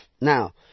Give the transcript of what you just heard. Now